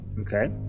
okay